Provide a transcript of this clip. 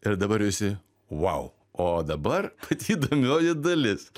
ir dabar visi vau o dabar įdomioji dalis